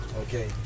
okay